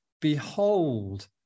Behold